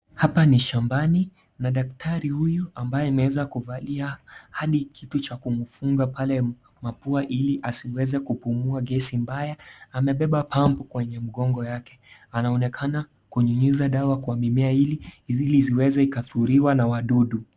Hapa ni shambani na daktari huyu ameweza kuvalia hadi kitu cha kumfunga pale mapua ili asiweze kupumua gesi mbaya, amebeba pampu kwenye mgongo yake, anaonekana kunyunyuza dawa kwenye mimea iliiziweze kukuliwa na wadudu.